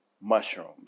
mushrooms